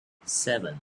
seven